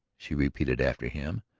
she repeated after him,